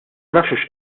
nafx